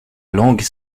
langue